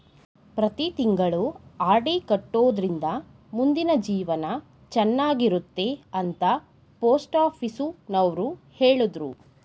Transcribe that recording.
ಪ್ರತಿ ತಿಂಗಳು ಆರ್.ಡಿ ಕಟ್ಟೊಡ್ರಿಂದ ಮುಂದಿನ ಜೀವನ ಚನ್ನಾಗಿರುತ್ತೆ ಅಂತ ಪೋಸ್ಟಾಫೀಸುನವ್ರು ಹೇಳಿದ್ರು